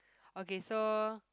okay so